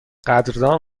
قدردان